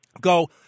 go